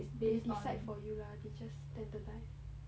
they decide for you ah they just standardise